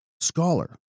scholar